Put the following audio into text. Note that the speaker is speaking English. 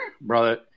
Brother